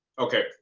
okay.